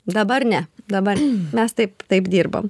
dabar ne dabar mes taip taip dirbam